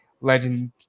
legend